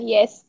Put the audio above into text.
Yes